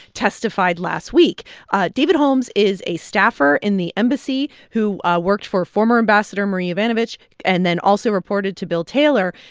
testified last week david holmes is a staffer in the embassy who worked for former ambassador marie yovanovitch and then also reported to bill taylor,